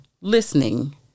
listening